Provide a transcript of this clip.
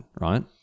right